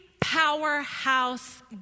powerhouse